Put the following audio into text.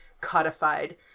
codified